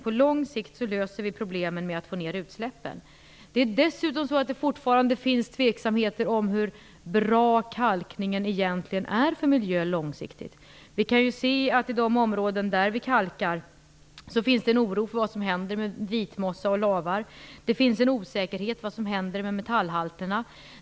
På lång sikt löser vi problemen genom att få ned utsläppen. Det är dessutom så att det fortfarande finns tveksamheter om hur bra kalkningen egentligen är för miljön på lång sikt. I de områden där vi kalkar finns det en oro för vad som händer med vitmossa och lavar. Det finns en osäkerhet om vad som händer med metallhalterna.